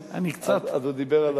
אז הוא דיבר על,